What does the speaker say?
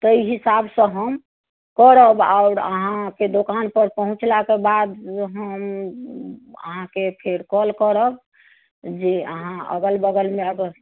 ताहि हिसाबसँ हम करब आओर अहाँकेंँ दोकान पर पहुँचलाके बाद हम अहाँकेँ फेर कॉल करब जे अहाँ अगल बगलमे अब